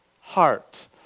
heart